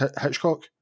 Hitchcock